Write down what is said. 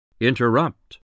Interrupt